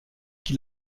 qui